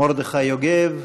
מרדכי יוגב,